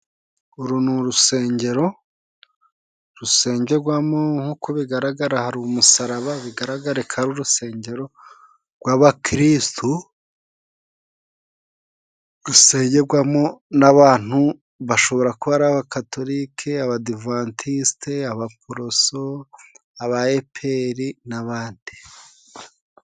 Uru ni urusengero rusengerwamo nk'uko bigaragara hari umusaraba, bigaragareko urusengero rw'abakirisitu rusengerwamo n'abantu bashobora kuba ari abakatolike, abadiventisite, abaporoso ,aba eperi n'abandi.